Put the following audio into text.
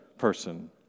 person